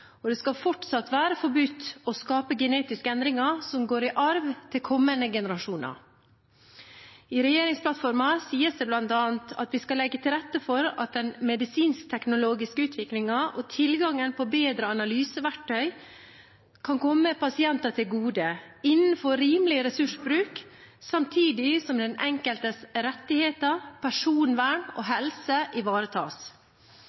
og det skal fortsatt være forbudt å skape genetiske endringer som går i arv til kommende generasjoner. I regjeringsplattformen sies det bl.a. at vi skal legge til rette for at den medisinsk-teknologiske utviklingen og tilgangen på bedre analyseverktøy kan komme pasienter til gode, innenfor en rimelig ressursbruk, samtidig som den enkeltes rettigheter, personvern og